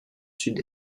sud